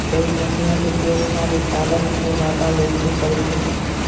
एहि मशीनक उपयोग खाद्य उत्पादक निर्माता लोकनि करैत छथि